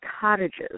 cottages